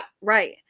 Right